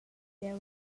leu